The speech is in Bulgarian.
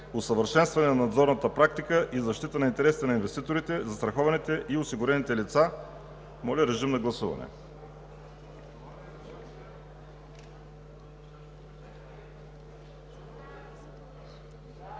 усъвършенстване на надзорната практика и защита на интересите на инвеститорите, застрахованите и осигурените лица.“ Гласували